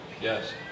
Yes